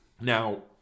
Now